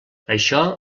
això